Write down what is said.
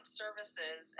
services